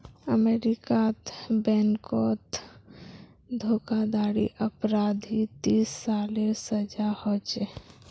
अमेरीकात बैनकोत धोकाधाड़ी अपराधी तीस सालेर सजा होछे